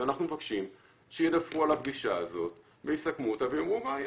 ואנחנו מבקשים שידווחו על הפגישה הזאת ויסכמו אותה ויאמרו מה היה.